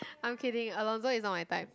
I'm kidding Alonso is not my type